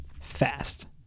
fast